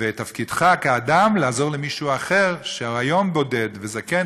ותפקידך כאדם לעזור למישהו אחר שהיום בודד וזקן.